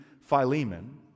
Philemon